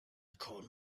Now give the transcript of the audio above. coal